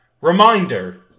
reminder